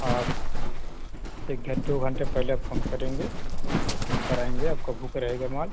आप एक दो घंटे पहले आप फोन करेंगे बुक कराएँगे आपका बुक रहेगा माल